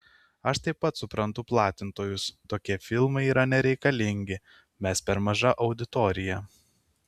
aš taip pat suprantu platintojus tokie filmai yra nereikalingi mes per maža auditorija